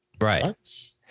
right